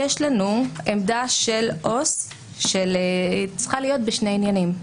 יש לנו עמדה של עובד סוציאלי שצריכה להיות בשני עניינים: